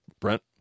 Brent